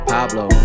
Pablo